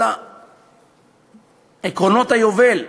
כל עקרונות היובל,